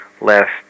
last